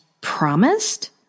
promised